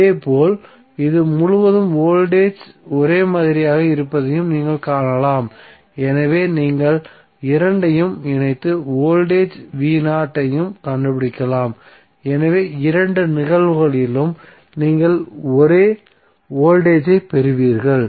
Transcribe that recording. இதேபோல் இது முழுவதும் வோல்டேஜ் ஒரே மாதிரியாக இருப்பதையும் நீங்கள் காணலாம் எனவே நீங்கள் இரண்டையும் இணைத்து வோல்டேஜ் ஐயும் கண்டுபிடிக்கலாம் எனவே இரண்டு நிகழ்வுகளிலும் நீங்கள் ஒரே வோல்டேஜ் ஐப் பெறுவீர்கள்